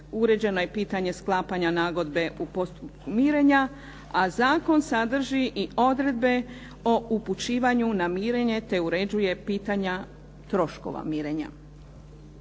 uređeno je pitanje sklapanja nagodbe u postupku mirenja a zakon sadrži i odredbe o upućivanju na mirenje te uređuje pitanja troškova mirenja.